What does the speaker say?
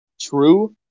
True